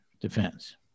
defense